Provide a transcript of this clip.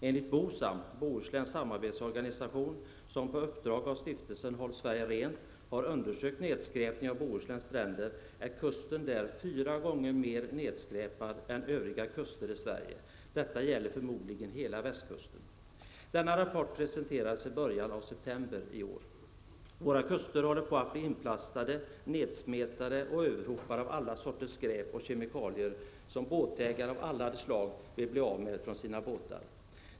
Enligt BOSAM , som på uppdrag av stiftelsen Håll Sverige rent har undersökt nedskräpningen av Bohusläns stränder, är kusten där fyra gånger mer nedskräpad än övriga kuster i Sverige. Detta gäller förmodligen hela västkusten. Denna rapport presenterades i början av september i år. Våra kuster håller på att bli inplastade, nedsmetade och överhopade av alla sorters skräp och kemikalier, som båtägare av alla de slag vill bli av med från sina båtar.